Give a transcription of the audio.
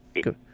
good